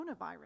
coronavirus